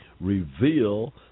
reveal